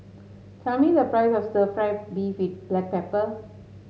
tell me the price of stir fry beef with Black Pepper